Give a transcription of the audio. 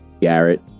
Garrett